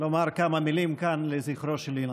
לומר כמה מילים כאן לזכרו של אילן.